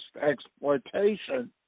exploitation